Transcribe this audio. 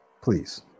please